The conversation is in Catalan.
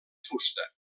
fusta